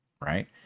right